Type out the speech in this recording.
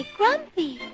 Grumpy